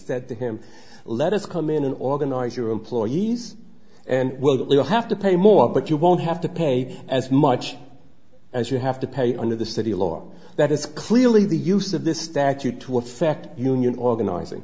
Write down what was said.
said to him let us come in and organize your employees and we'll have to pay more but you won't have to pay as much as you have to pay under the city law that is clearly the use of this statute to affect union organizing